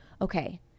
okay